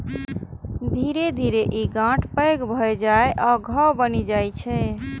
धीरे धीरे ई गांठ पैघ भए जाइ आ घाव बनि जाइ छै